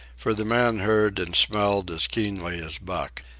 for the man heard and smelled as keenly as buck.